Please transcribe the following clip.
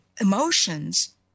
emotions